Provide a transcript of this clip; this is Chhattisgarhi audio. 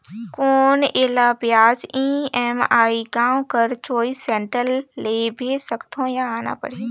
कौन एला ब्याज ई.एम.आई गांव कर चॉइस सेंटर ले भेज सकथव या आना परही?